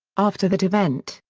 after that event,